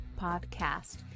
podcast